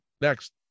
next